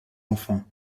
enfants